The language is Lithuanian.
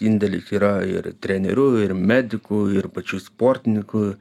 indėlis yra ir trenerių ir medikų ir pačių sportininkų